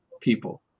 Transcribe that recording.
people